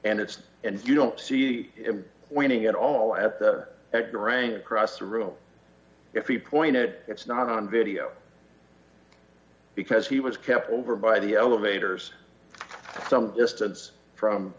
and it's and you don't see him winning it all at the at the rain across the room if he pointed it's not on video because he was kept over by the elevators some distance from